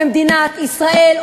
במדינת ישראל,